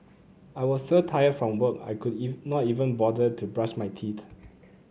I was so tired from work I could not even bother to brush my teeth